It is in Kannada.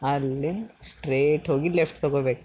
ಅಲ್ಲಿಂದ ಸ್ಟ್ರೇಟ್ ಹೋಗಿ ಲೆಫ್ಟ್ ತಗೋಬೇಕು